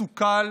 סוכל